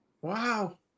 Wow